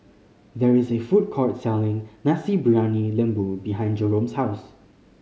there is a food court selling Nasi Briyani Lembu behind Jerome's house